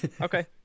Okay